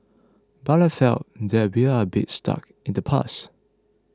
but I feel that we are a bit stuck in the past